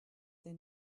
they